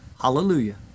Hallelujah